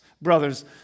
brothers